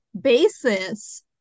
basis